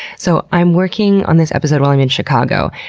so i'm working on this episode while i'm in chicago,